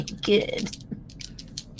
Good